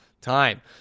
time